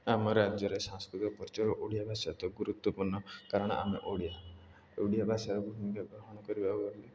ଆମ ରାଜ୍ୟରେ ସାଂସ୍କୃତିକ ପରିଚୟ ଓଡ଼ିଆ ଭାଷା ତ ଗୁରୁତ୍ୱପୂର୍ଣ୍ଣ କାରଣ ଆମେ ଓଡ଼ିଆ ଓଡ଼ିଆ ଭାଷାର ଭୂମିକା ଗ୍ରହଣ କରିବାକୁ ଗଲେ